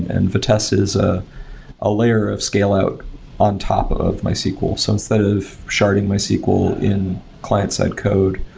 and vtest is a ah layer of scale out on top of mysql. so instead of sharding mysql in client-side code,